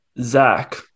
Zach